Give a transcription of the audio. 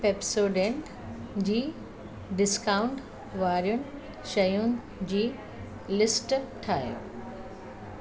Pepsodent जी discount वारियुनि शयुनि जी लिस्ट ठाहियो